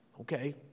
okay